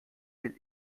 will